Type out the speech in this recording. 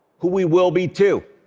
who we will be, too.